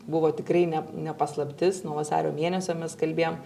buvo tikrai ne ne paslaptis nuo vasario mėnesio mes kalbėjom